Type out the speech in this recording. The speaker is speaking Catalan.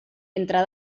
entre